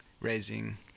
raising